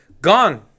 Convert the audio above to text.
gone